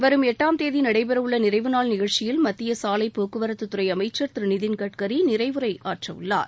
வரும் எட்டாம் தேதி நடைபெறவுள்ள நிறைவுநாள் நிகழ்ச்சியில் மத்திய சாலைப் போக்குவரத்துத்துறை அமைச்சர் திரு நிதின் கட்கரி நிறைவுரை ஆற்றவுள்ளார்